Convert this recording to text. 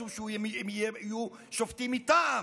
משום שהם יהיו שופטים מטעם.